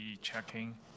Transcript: checking